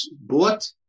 bought